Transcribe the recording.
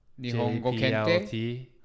jplt